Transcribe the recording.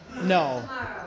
No